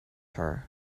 her